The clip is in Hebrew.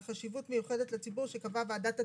חשיבות מיוחדת לציבור שקבעה ועדת התיאום.